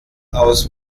aus